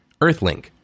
Earthlink